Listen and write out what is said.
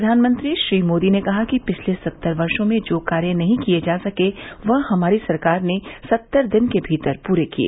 प्रधानमंत्री श्री मोदी ने कहा कि पिछले सत्तर वर्षो में जो कार्य नहीं किए जा सके वह हमारी सरकार ने सत्तर दिन के भीतर पूरे किए